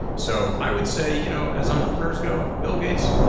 so i would say, you know, as entrepreneurs go, bill gates,